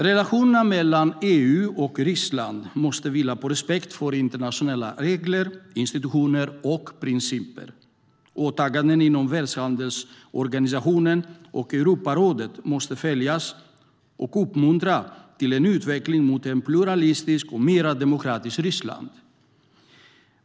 Relationerna mellan EU och Ryssland måste vila på respekt för internationella regler, institutioner och principer. Åtaganden inom världshandelsorganisationen och Europarådet måste följas och uppmuntra till en utveckling mot ett pluralistiskt och mer demokratiskt Ryssland.